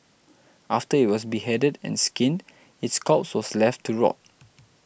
after it was beheaded and skinned its corpse was left to rot